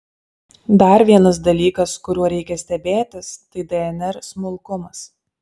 dar vienas dalykas kuriuo reikia stebėtis tai dnr smulkumas